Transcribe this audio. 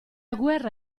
guerra